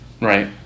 right